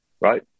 right